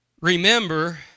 remember